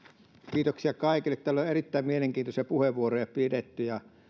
kiitoksia kaikille täällä on erittäin mielenkiintoisia puheenvuoroja pidetty